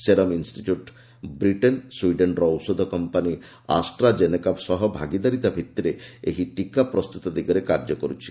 serum Institute Britain ସ୍ୱିଡେନ୍ର ଔଷଧ company AstraZeneca ସହ ଭାଗିଦାରୀ ଭିତ୍ତିରେ ଏହି ଟିକା ପ୍ରସ୍ତୁତ ଦିଗରେ କାର୍ଯ୍ୟ କରୁଛି